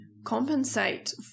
compensate